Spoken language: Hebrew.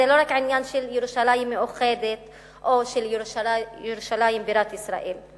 זה לא רק עניין של ירושלים מאוחדת או של ירושלים בירת ישראל.